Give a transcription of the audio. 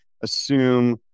assume